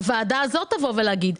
הוועדה הזאת תגיד.